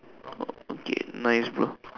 okay nice bro